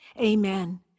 Amen